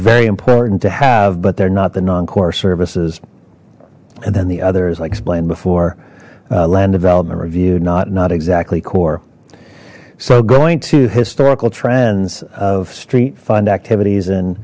very important to have but they're not the non core services and then the others i explained before land development review not not exactly core so going to historical trends of street fund activities and